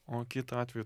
o kitu atveju